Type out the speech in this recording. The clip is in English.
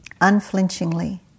unflinchingly